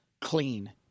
clean